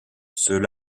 ceux